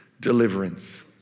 deliverance